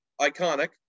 iconic